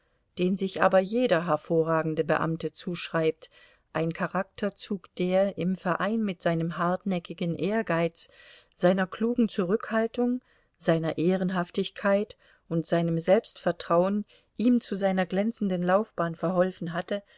den sich aber jeder hervorragende beamte zuschreibt ein charakterzug der im verein mit seinem hartnäckigen ehrgeiz seiner klugen zurückhaltung seiner ehrenhaftigkeit und seinem selbstvertrauen ihm zu seiner glänzenden laufbahn verholfen hatte